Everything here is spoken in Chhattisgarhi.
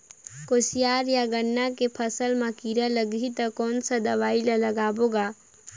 कोशियार या गन्ना के फसल मा कीरा लगही ता कौन सा दवाई ला लगाबो गा?